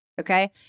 Okay